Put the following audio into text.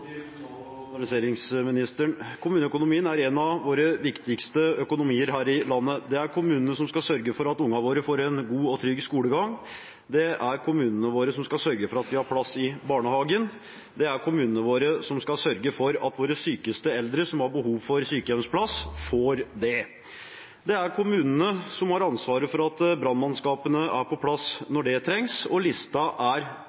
moderniseringsministeren. Kommuneøkonomien er en av de viktigste økonomiene her i landet. Det er kommunene som skal sørge for at ungene våre får en god og trygg skolegang. Det er kommunene våre som skal sørge for at vi har plass i barnehagen. Det er kommunene våre som skal sørge for at våre sykeste eldre som har behov for sykehjemsplass, får det. Det er kommunene som har ansvaret for at brannmannskapene er på plass